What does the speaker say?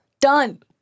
Done